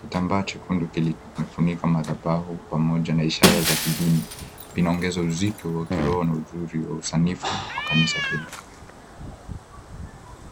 Kitambaa chekundu kimefunika madhabahu pamoja na ishara za kidini, vinaongeza uzito wa kiroho na uzuri wa usanifu wa kanisa hilo.